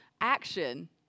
action